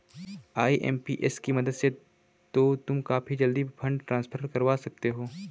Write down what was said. IMPS की मदद से तो तुम काफी जल्दी फंड ट्रांसफर करवा सकते हो